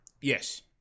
Yes